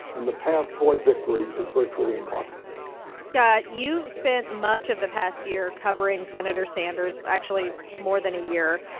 and the path toward victory is virtually impossible scott, you spent much of the past year covering sen. sanders actually, more than a year.